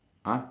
!huh!